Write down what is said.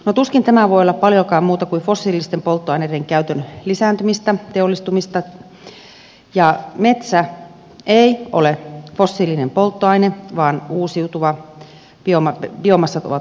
no tuskin tämä voi olla paljoakaan muuta kuin fossiilisten polttoaineiden käytön lisääntymistä teollistumista ja metsä ei ole fossiilinen polttoaine vaan biomassat ovat uusiutuvia